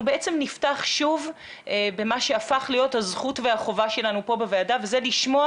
אנחנו נפתח שוב במה שהפך להיות הזכות והחובה שלנו פה בוועדה וזה לשמוע